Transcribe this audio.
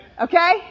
okay